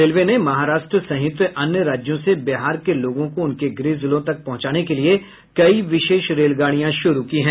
railway ने महाराष्ट्र सहित अन्य राज्यों से बिहार के लोगों को उनके गृह जिलों तक पहुंचाने के लिये कई विशेष रेलगाड़ियां शुरू की है